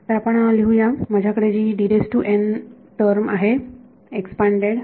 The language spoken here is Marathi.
तर आपण लिहू या माझ्याकडे जी तर आहे एक्सपांडेड